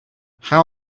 how